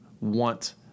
want